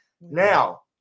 Now